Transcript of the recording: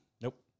nope